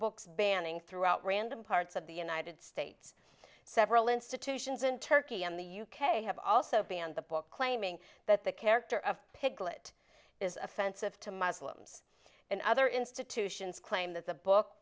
book's banning throughout random parts of the united states several institutions in turkey and the u k have also banned the book claiming that the character of piglet is offensive to muslims and other institutions claim that the book